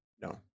No